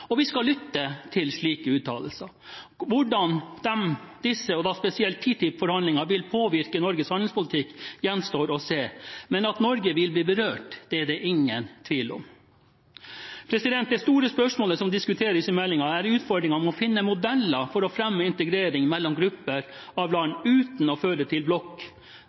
avtalene. Vi skal lytte til slike uttalelser. Hvordan disse, og da spesielt TTIP-forhandlingene, vil påvirke Norges handelspolitikk, gjenstår å se, men at Norge vil bli berørt, er det ingen tvil om. Det store spørsmålet som diskuteres i meldingen, er utfordringen med å finne modeller for å fremme integrering mellom grupper av land uten at det fører til